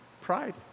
pride